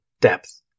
depth